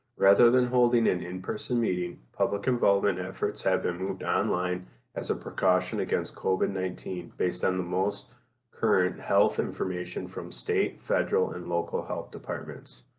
rather than holding an in-person meeting, public involvement efforts have been moved online as a precaution against covid nineteen based on the most current health information from state, federal and local health departments.